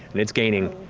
and it's gaining.